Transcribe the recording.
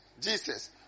Jesus